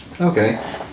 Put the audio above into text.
Okay